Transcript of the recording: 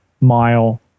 mile